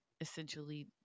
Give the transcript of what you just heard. essentially